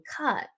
cut